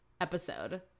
episode